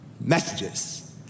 messages